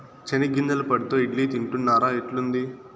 చెనిగ్గింజల పొడితో ఇడ్లీ తింటున్నారా, ఎట్లుంది